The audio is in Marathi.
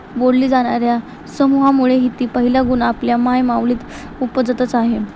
बोलल्या जाणाऱ्या समूहामुळे ही ती पहिला गुण आपल्या मायमाउलीत उपजतच आहे